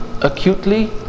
acutely